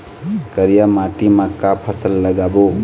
करिया माटी म का फसल लगाबो?